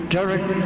Derek